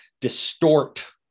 distort